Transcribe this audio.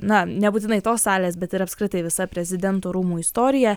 na nebūtinai tos salės bet ir apskritai visa prezidento rūmų istorija